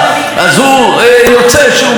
אז יוצא שהוא גם צודק.